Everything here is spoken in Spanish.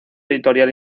editorial